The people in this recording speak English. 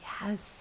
Yes